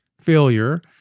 failure